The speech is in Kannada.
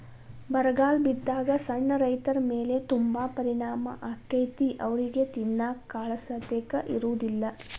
ಬರಗಾಲ ಬಿದ್ದಾಗ ಸಣ್ಣ ರೈತರಮೇಲೆ ತುಂಬಾ ಪರಿಣಾಮ ಅಕೈತಿ ಅವ್ರಿಗೆ ತಿನ್ನಾಕ ಕಾಳಸತೆಕ ಇರುದಿಲ್ಲಾ